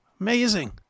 Amazing